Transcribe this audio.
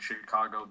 Chicago